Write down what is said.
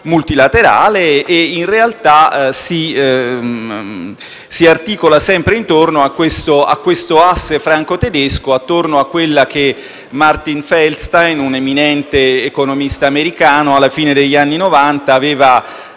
multilaterale ma, in realtà, si articola sempre intorno a questo asse franco-tedesco e attorno a quella che Martin Feldstein, un eminente economista americano, alla fine degli anni Novanta